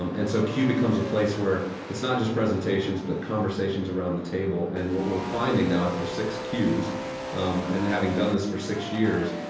um and so q becomes a place where it's not just presentations, but conversations around the table. and what we're finding now after six q's um and having done this for six years,